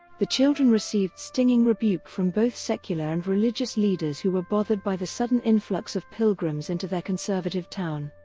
the children received stinging rebuke from both secular and religious leaders who were bothered by the sudden influx of pilgrims into their conservative town.